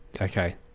okay